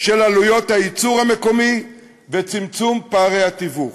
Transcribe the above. של עלויות הייצור המקומי ובצמצום פערי התיווך.